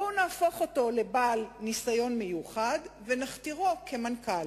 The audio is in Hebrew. בואו נהפוך אותו לבעל "ניסיון מיוחד" ונכתירו כמנכ"ל.